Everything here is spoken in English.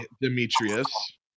Demetrius